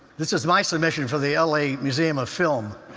this is my submission for the l a. museum of film.